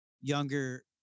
younger